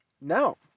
No